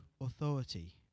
authority